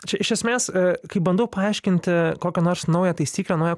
čia iš esmės kai bandau paaiškinti kokią nors naują taisyklę naują